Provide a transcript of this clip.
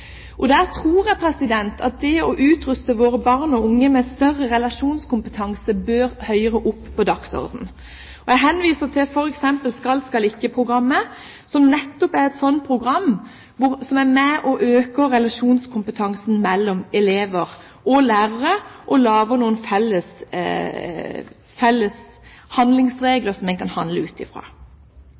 Jeg tror at det å utruste våre barn og unge med større relasjonskompetanse bør høyere opp på dagsordenen. Jeg henviser til at f.eks. Skal/skal ikke-programmet nettopp er et slikt program som er med på å øke relasjonskompetansen mellom elever og lærere og lager noen felles regler som vi kan handle ut